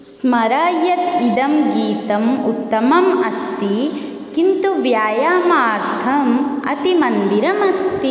स्मर यत् इदं गीतम् उत्तमम् अस्ति किन्तु व्यायामार्थम् अतिमन्दिरमस्ति